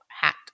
hat